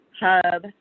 hub